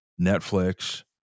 Netflix